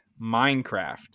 Minecraft